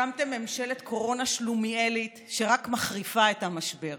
הקמתם ממשלת קורונה שלומיאלית שרק מחריפה את המשבר.